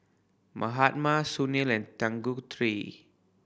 Mahatma Sunil and Tanguturi